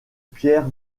pierre